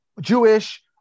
Jewish